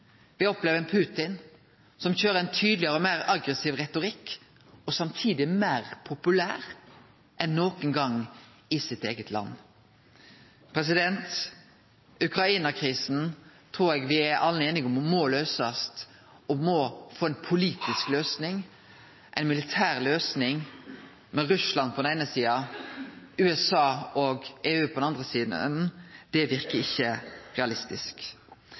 Me opplever ein Putin som køyrer ein tydelegare og meir aggressiv retorikk, og som samtidig er meir populær enn nokon gong i sitt eige land. Ukraina-krisen trur eg me alle er einige om må løysast, og at han må få ei politisk løysing. Ei militær løysing med Russland på den eine sida og USA og EU på den andre sida verkar ikkje realistisk.